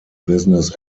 business